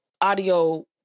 audio